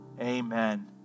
Amen